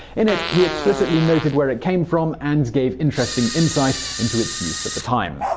in it, he explicitly noted where it came from and gave interesting insight into its use at the time,